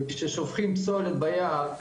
וכששופכים פסולת ביער,